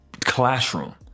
classroom